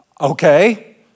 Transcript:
Okay